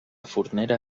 fornera